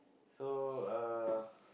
so uh